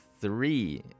three